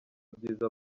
byiza